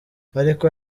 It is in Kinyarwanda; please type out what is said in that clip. ariko